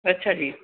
अच्छा जी